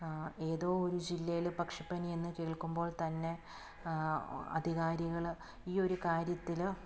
ഏതോ ഒരു ജില്ലയിൽ പക്ഷിപ്പനി എന്ന് കേൾക്കുമ്പോൾ തന്നെ അധികാരികൾ ഈ ഒരു കാര്യത്തിൽ